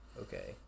okay